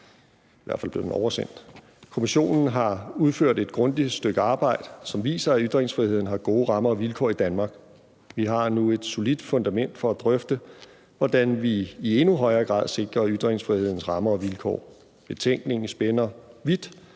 Kommissionen har udført et grundigt stykke arbejde, som viser, at ytringsfriheden har gode rammer og vilkår i Danmark. Vi har nu et solidt fundament for at drøfte, hvordan vi i endnu højere grad sikrer ytringsfrihedens rammer og vilkår. Betænkningen spænder vidt